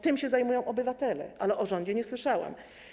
Tym się zajmują obywatele, ale o rządzie nie słyszałam.